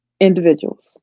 Individuals